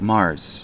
Mars